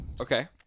Okay